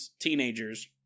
teenagers